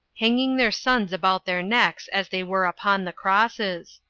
hanging their sons about their necks as they were upon the crosses.